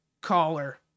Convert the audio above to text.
caller